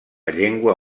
llengua